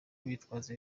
bitwaza